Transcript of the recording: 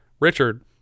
richard